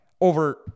over